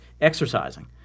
exercising